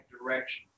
direction